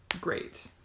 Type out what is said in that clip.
great